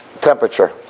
temperature